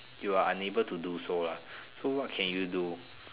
you are unable to do so lah so what can you do